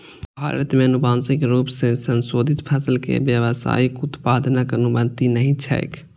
भारत मे आनुवांशिक रूप सं संशोधित फसल के व्यावसायिक उत्पादनक अनुमति नहि छैक